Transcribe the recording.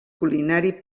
culinari